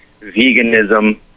veganism